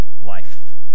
life